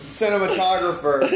cinematographer